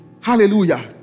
Hallelujah